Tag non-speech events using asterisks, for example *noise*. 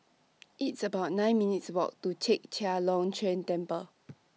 *noise* It's about nine minutes' Walk to Chek Chai Long Chuen Temple